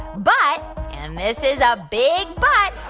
but and this is a big but.